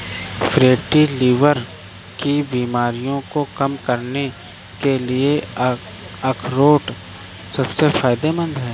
fatty liver की बीमारी को कम करने के लिए अखरोट सबसे फायदेमंद है